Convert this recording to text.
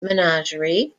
menagerie